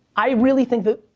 i really think that,